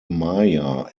maya